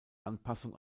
anpassung